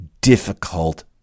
difficult